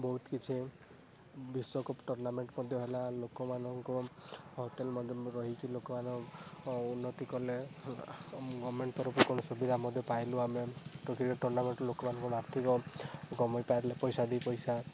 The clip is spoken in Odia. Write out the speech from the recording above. ବହୁତ କିଛି ବିଶ୍ୱକପ୍ ଟୁର୍ଣ୍ଣାମେଣ୍ଟ୍ ମଧ୍ୟ ହେଲା ଲୋକମାନଙ୍କ ହୋଟେଲ୍ ମାଧ୍ୟମରେ ରହିକି ଲୋକମାନଙ୍କ ଓ ଉନ୍ନତି କଲେ ଗଭର୍ଣ୍ଣମେଣ୍ଟ ତରଫରୁ କ'ଣ ସୁବିଧା ମଧ୍ୟ ପାଇଲୁ ଆମେ ତ ସେଇ ଟୁର୍ଣ୍ଣାମେଣ୍ଟ୍ରୁ ଲୋକମାନଙ୍କୁ ଆର୍ଥିକ ଗଭର୍ଣ୍ଣମେଣ୍ଟ ପାରିଲେ ପଇସା ଦୁଇପଇସା